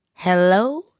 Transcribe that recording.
Hello